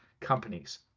companies